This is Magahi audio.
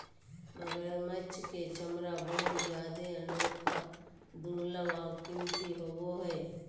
मगरमच्छ के चमरा बहुत जादे अनोखा, दुर्लभ और कीमती होबो हइ